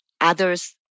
others